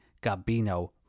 Gabino